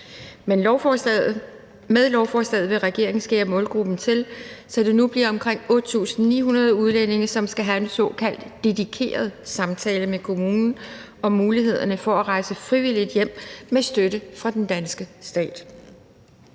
Med lovforslaget vil regeringen skære målgruppen til, så det nu bliver omkring 8.900 udlændinge, som skal have en såkaldt dedikeret samtale med kommunen om mulighederne for at rejse frivilligt hjem med støtte fra den danske stat.